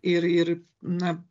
ir ir na